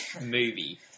movie